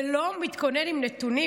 ולא מתכונן עם נתונים.